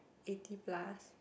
eighty plus